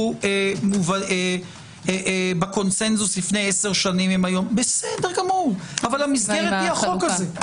שהיו בקונצנזוס לפני עשר שנים אבל המסגרת היא החוק הזה.